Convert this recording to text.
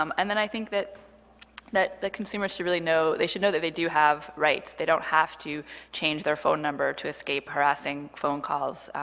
um and then i think that that the consumers should really know they should know that they do have rights. they don't have to change their phone number to escape harassing phone calls.